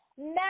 Now